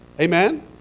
Amen